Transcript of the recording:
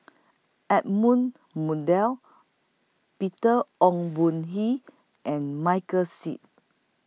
Edmund Peter Ong Boon and Michael Seet